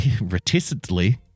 reticently